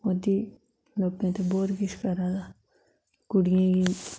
मोदी लोकें गितै बहुत किश करा दा कुड़ियें